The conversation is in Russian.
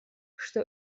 что